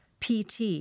PT